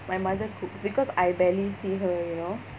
my mother cooks because I barely see her you know